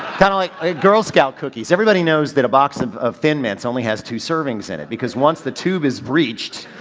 kind of like girl scout cookies. everybody knows that a box of of thin mints only has two servings in it because once the tube is breeched